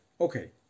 okay